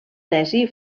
tesi